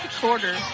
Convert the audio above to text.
quarter